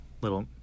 little